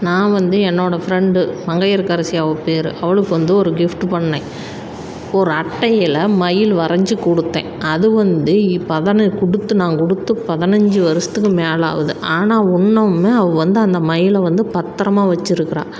நான் வந்து என்னோடய ஃப்ரெண்ட் மங்கையர்கரசி அவள் பேர் அவளுக்கு வந்து ஒரு கிஃப்ட்டு பண்ணேன் ஒரு அட்டையில் மயில் வரைஞ்சி கொடுத்தேன் அது வந்து இப்போ பதனந் கொடுத்து நான் கொடுத்து பதனஞ்சு வருஷத்துக்கு மேலே ஆகுது ஆனால் இன்னமுமே அவள் வந்து அந்த மயிலை வந்து பத்திரமா வச்சுருக்குறாள்